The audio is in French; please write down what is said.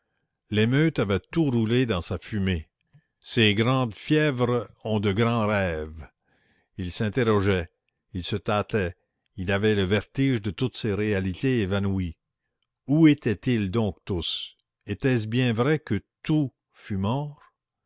l'émeute avait tout roulé dans sa fumée ces grandes fièvres ont de grands rêves il s'interrogeait il se tâtait il avait le vertige de toutes ces réalités évanouies où étaient-ils donc tous était-ce bien vrai que tout